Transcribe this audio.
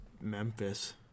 Memphis